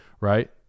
right